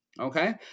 okay